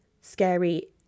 scary